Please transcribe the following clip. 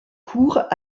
cours